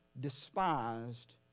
despised